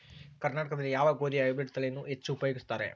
ಕರ್ನಾಟಕದಲ್ಲಿ ಯಾವ ಗೋಧಿಯ ಹೈಬ್ರಿಡ್ ತಳಿಯನ್ನು ಹೆಚ್ಚು ಉಪಯೋಗಿಸುತ್ತಾರೆ?